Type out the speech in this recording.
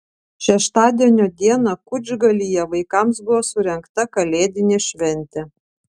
šeštadienio dieną kučgalyje vaikams buvo surengta kalėdinė šventė